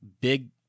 big